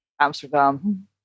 Amsterdam